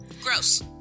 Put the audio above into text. Gross